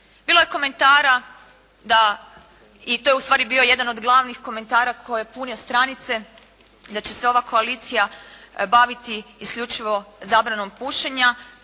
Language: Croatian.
Bilo je komentara da, i to je ustvari bio jedan od glavnih komentara koji je punio stranice da će se ova koalicija baviti isključivo zabranom pušenja